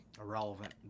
irrelevant